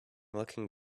looking